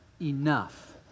enough